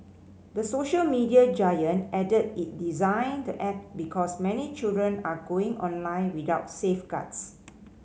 the social media giant added it designed the app because many children are going online without safeguards